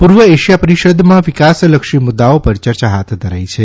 પૂર્વ એશિયા પરિષદમાં વિકાસલક્ષી મુદ્દાઓ પર ચર્ચા હાથ ધરાઇ છે